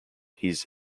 his